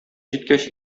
җиткәч